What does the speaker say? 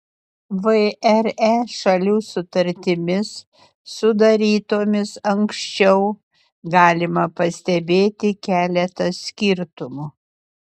vre šalių sutartimis sudarytomis anksčiau galima pastebėti keletą skirtumų